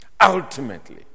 Ultimately